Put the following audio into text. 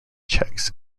checks